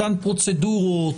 אותן פרוצדורות,